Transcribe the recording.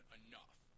enough